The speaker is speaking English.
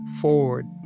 forward